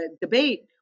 debate